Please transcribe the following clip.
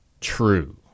true